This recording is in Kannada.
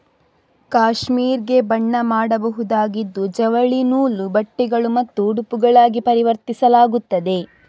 ಕ್ಯಾಶ್ಮೀರ್ ಗೆ ಬಣ್ಣ ಮಾಡಬಹುದಾಗಿದ್ದು ಜವಳಿ ನೂಲು, ಬಟ್ಟೆಗಳು ಮತ್ತು ಉಡುಪುಗಳಾಗಿ ಪರಿವರ್ತಿಸಲಾಗುತ್ತದೆ